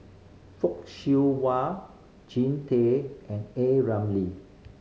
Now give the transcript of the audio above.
Fock Siew Wah Jean Tay and A Ramli